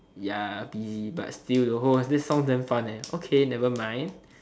ya be but still though that sounds damn fun okay nevermind